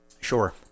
Sure